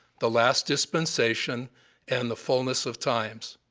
the last dispensation and the fulness of times.